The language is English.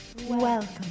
Welcome